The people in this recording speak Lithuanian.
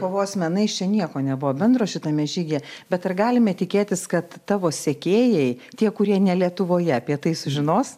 kovos menais čia nieko nebuvo bendro šitame žygyje bet ar galime tikėtis kad tavo sekėjai tie kurie ne lietuvoje apie tai sužinos